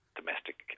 domestic